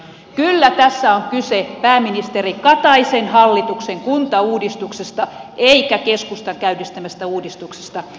kyllä tässä on kyse pääministeri kataisen hallituksen kuntauudistuksesta eikä keskustan käynnistämästä uudistuksesta